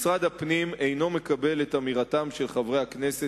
משרד הפנים אינו מקבל את אמירתם של חברי הכנסת